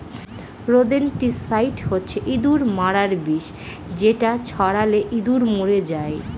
rodenticide হচ্ছে ইঁদুর মারার বিষ যেটা ছড়ালে ইঁদুর মরে যায়